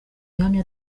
yamye